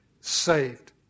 saved